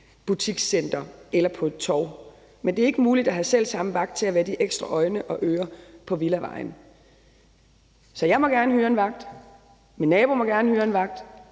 butikscenter eller på et torv, men det er ikke muligt at have selv samme vagt til at være de ekstra øjne og ører på villavejen. Så jeg må gerne hyre en vagt. Min nabo må gerne hyre en vagt.